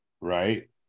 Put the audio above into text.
right